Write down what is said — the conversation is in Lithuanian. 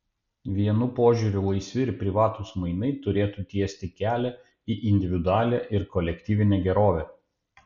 vienų požiūriu laisvi ir privatūs mainai turėtų tiesti kelią į individualią ir kolektyvinę gerovę